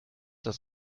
das